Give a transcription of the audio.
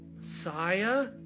Messiah